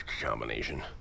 combination